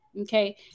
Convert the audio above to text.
Okay